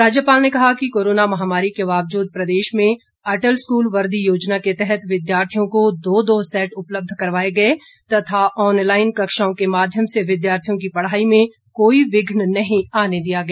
राज्यपाल ने कहा कि कोरोना महामारी के बावजूद प्रदेश में अटल स्कूल वर्दी योजना के तहत विद्यार्थियों को दो दो सैट उपलब्ध करवाए गए तथा ऑनलाईन कक्षाओं के माध्यम से विद्यार्थियों की पढ़ाई में कोई विघ्न नहीं आने दिया गया